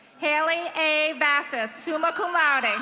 haley a bassas, summa cum laude. and